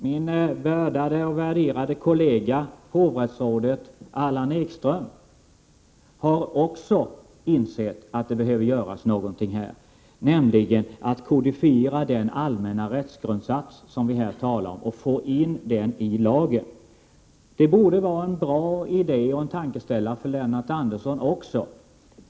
Min vördade och värderade kollega hovrättsrådet Allan Ekström har också insett att det behöver göras någonting här, nämligen att man kodifierar den allmänna rättsgrundsats som vi nu talar om och får in den i lagen. Det borde vara en bra idé och en tankeställare för Lennart Andersson också.